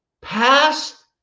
past